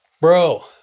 Bro